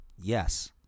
Yes